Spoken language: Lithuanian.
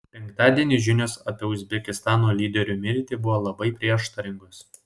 penktadienį žinios apie uzbekistano lyderio mirtį buvo labai prieštaringos